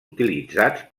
utilitzats